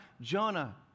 Jonah